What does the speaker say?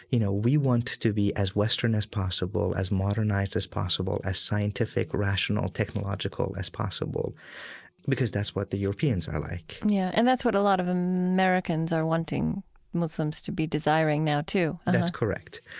you know, we want to be as western as possible, as modernized as possible, as scientific, rational, technological as possible because that's what the europeans are like yeah. and that's what a lot of americans are wanting muslims to be desiring now, too that's correct.